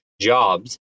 jobs